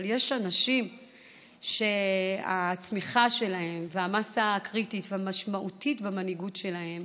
אבל יש אנשים שהצמיחה שלהם והמאסה הקריטית והמשמעותית במנהיגות שלהם